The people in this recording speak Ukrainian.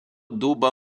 дуба